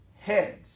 heads